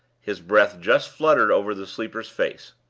his breath just fluttered over the sleeper's face.